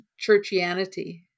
churchianity